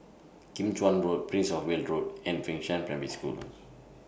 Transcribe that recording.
Kim Chuan Road Prince of Wales Road and Fengshan Primary School